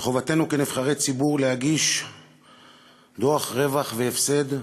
מחובתנו כנבחרי ציבור להגיש דוח רווח והפסד,